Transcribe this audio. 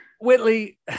Whitley